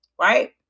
right